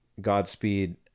Godspeed